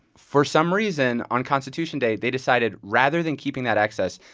for some reason, on constitution day, they decided, rather than keeping that access,